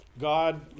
God